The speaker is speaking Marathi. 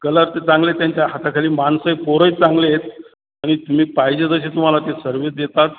कलर ते चांगले आहेत त्यांच्या हाताखाली माणसं आहेत पोरं आहेत चांगले आहेत आणि तुम्ही पाहिजे तशी तुम्हाला ते सर्व्हिस देतात